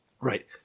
Right